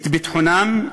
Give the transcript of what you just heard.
את ביטחונם,